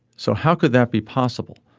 so how could that be possible.